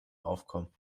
aufkommen